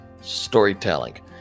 storytelling